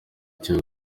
icyo